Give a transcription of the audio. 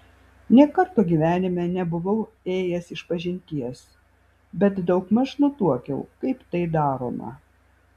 nė karto gyvenime nebuvau ėjęs išpažinties bet daugmaž nutuokiau kaip tai daroma